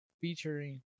featuring